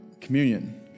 communion